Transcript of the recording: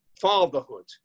fatherhood